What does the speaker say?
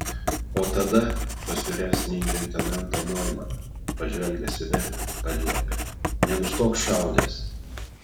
o tada pas vyresnįjį leitenantą noimaną pažvelgęs į vernerį paliepė nenustok šaudęs